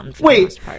Wait